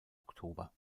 oktober